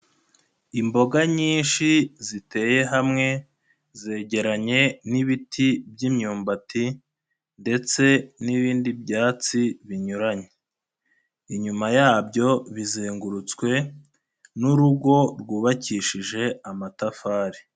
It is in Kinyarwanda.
Imboga nyinshi ziteye hamwe zegeranye n'ibiti by'imyumbati ndetse n'ibindi byatsi binyuranye, inyuma yabyo bizengurutswe n'urugo rwubakishije amatafari.